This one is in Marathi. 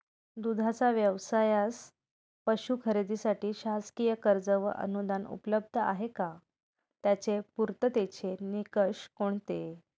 दूधाचा व्यवसायास पशू खरेदीसाठी शासकीय कर्ज व अनुदान उपलब्ध आहे का? त्याचे पूर्ततेचे निकष कोणते?